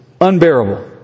unbearable